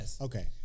Okay